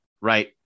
right